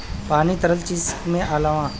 पानी तरल चीज में आवला